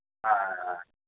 ஆ ஆ ஆ